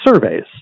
surveys